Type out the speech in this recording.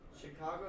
Chicago